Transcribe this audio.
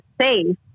safe